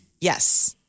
Yes